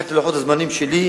דחיתי את לוחות הזמנים שלי,